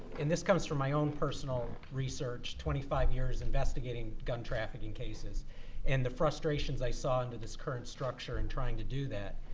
and this comes from my own personal research, twenty five years investigating gun trafficking cases and the frustrations i saw under this current structure in trying to do that.